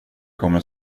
kommer